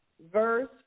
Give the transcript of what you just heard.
verse